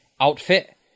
outfit